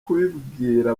kubibwira